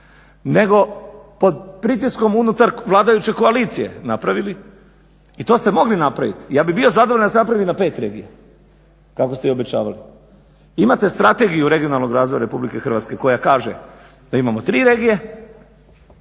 nego pod pritiskom unutar vladajuće koalicije napravili i to ste mogli napraviti, ja bih bio zadovoljan da ste napravili na pet regija kako ste i obećavali. Imate Strategiju regionalnog razvoja RH koja kaže da imamo tri regije